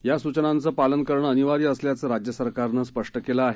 या सूचनांचं पालन करणं अनिवार्य असल्याचं राज्य सरकारनं स्पष्ट केलं आहे